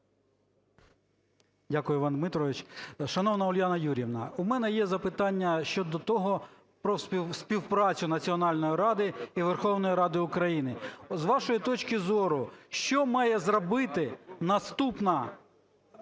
Дякую, Іван Дмитрович. Шановна Уляна Юріївна, у мене є запитання щодо того про співпрацю Національної ради і Верховної Ради України. З вашої точки зору, що має зробити наступна